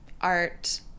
art